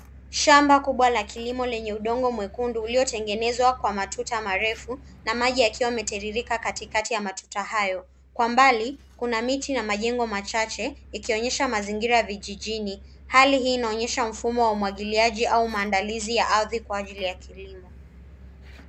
Shamba kubwa la kilimo lenye udongo mwekundu uliotengenezwa kwa matuta marefu na maji yakiwa yametiririka katikati ya matuta hayo. Kwa mbali, kuna miti na majengo machache, ikionyesha mazingira ya vijijini. Hali hii inaonyesha mfumo wa umwagiliaji au maandalizi ya ardhi kwa ajili ya kilimo.